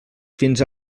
fins